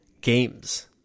games